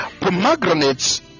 pomegranates